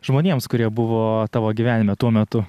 žmonėms kurie buvo tavo gyvenime tuo metu